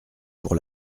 pour